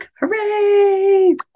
Hooray